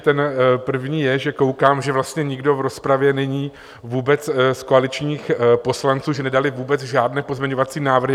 Ten první je, že koukám, že vlastně nikdo v rozpravě není vůbec z koaličních poslanců, že nedali vůbec žádné pozměňovací návrhy.